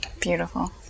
Beautiful